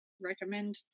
recommend